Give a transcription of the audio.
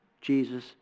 Jesus